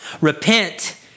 Repent